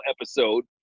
episode